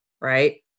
right